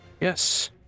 Yes